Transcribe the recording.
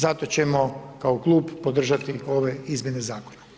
Zato ćemo kao klub podržati ove izmjene zakona.